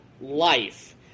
life